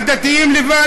הדתיים לבד.